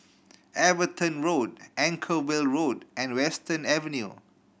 Everton Road Anchorvale Road and Western Avenue